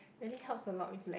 really helps a lot with la~